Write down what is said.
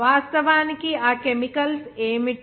వాస్తవానికి ఆ కెమికల్స్ ఏమిటి